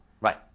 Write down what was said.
Right